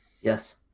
Yes